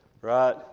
Right